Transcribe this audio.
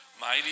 Mighty